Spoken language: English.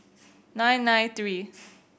nine nine three